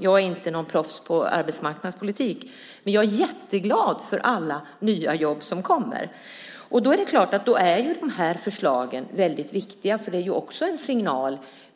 Jag är inte något proffs på arbetsmarknadspolitik, men jag är jätteglad över alla nya jobb som kommer. Då är de här förslagen helt klart väldigt viktiga. Det är ju också en signal.